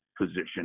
position